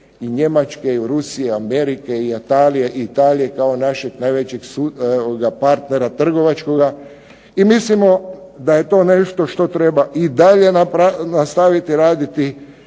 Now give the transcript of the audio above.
i Njemačke, i Rusije, i Italije kao naše najvećeg trgovačkog partnera, i Amerike i mislim da je to nešto što treba i dalje nastaviti raditi